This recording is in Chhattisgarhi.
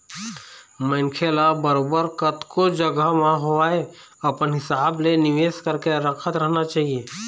मनखे ल बरोबर कतको जघा म होवय अपन हिसाब ले निवेश करके रखत रहना चाही